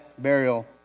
burial